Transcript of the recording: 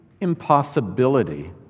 impossibility